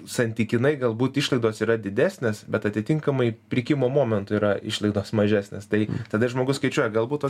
santykinai galbūt išlaidos yra didesnės bet atitinkamai pirkimo momentu yra išlaidos mažesnės tai tada žmogus skaičiuoja galbūt